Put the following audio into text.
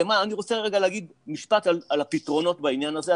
ואני רוצה להגיד משפט על הפתרונות בעניין הזה.